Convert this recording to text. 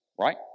right